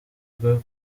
bwa